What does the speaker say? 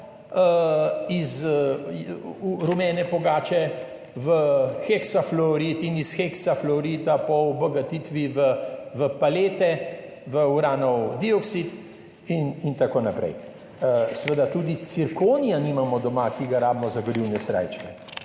iz rumene pogače v heksafluorid in iz heksafluorida po obogatitvi v pelete, v uranov dioksid in tako naprej. Seveda tudi cirkonija, ki ga rabimo za gorivne srajčke,